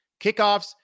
kickoffs